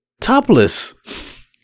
topless